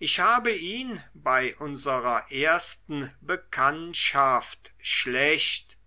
ich habe ihn bei unserer ersten bekanntschaft schlecht